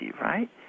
right